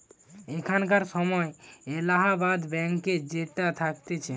এখানকার সময় এলাহাবাদ ব্যাঙ্ক যেটা থাকতিছে